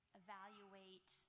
evaluate